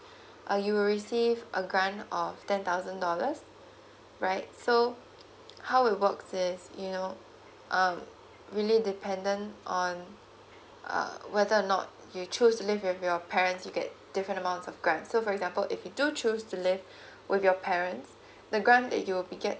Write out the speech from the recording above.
uh you will receive a grant of ten thousand dollars right so how it works is you know um really dependent on uh whether or not you choose live with your parents you get different amounts of grant so for example if you do choose to live with your parents the grant that you will be get